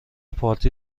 پارتی